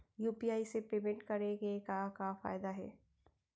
UPI से payment करे के का का फायदा हे?